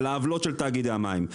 על העוולות של תאגידי המים,